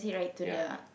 yea